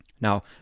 Now